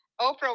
Oprah